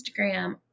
Instagram